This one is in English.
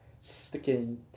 sticking